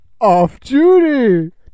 off-duty